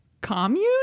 commune